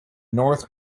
north